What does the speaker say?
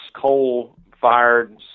coal-fired